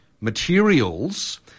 materials